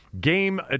game